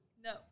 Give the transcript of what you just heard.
No